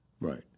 Right